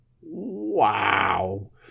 wow